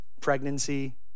Pregnancy